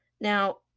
Now